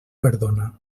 perdona